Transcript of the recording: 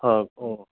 হয় অঁ